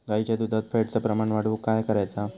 गाईच्या दुधात फॅटचा प्रमाण वाढवुक काय करायचा?